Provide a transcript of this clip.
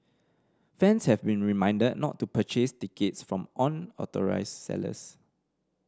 fans have been reminded not to purchase tickets from unauthorised sellers